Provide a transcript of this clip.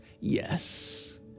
Yes